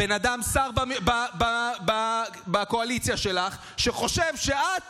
הבן אדם שר בקואליציה שלך שחושב שאת